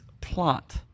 Plot